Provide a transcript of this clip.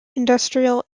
industrial